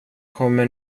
kommer